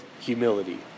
humility